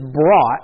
brought